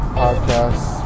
podcast